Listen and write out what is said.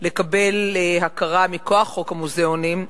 לקבל הכרה מכוח חוק המוזיאונים,